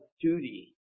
duty